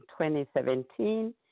2017